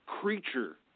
creature